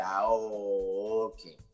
okay